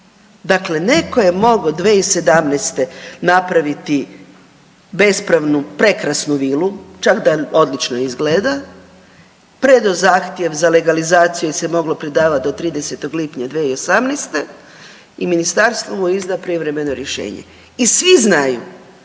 Dakle, neko je mogao 2017. napraviti bespravnu prekrasnu vilu čak da odlično izgleda, predao zahtjev za legalizaciju jel se moglo predavati do 30. lipnja 2018. i ministarstvo mu je izda privremeno rješenje. I svi znaju